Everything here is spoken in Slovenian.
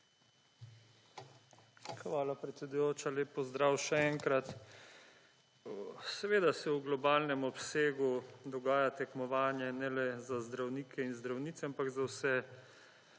Hvala, predsedujoča. Lep pozdrav še enkrat. Seveda se v globalnem obsegu dogaja tekmovanje ne le za zdravnike in zdravnice, ampak za vse